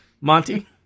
Monty